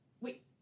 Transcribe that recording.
wait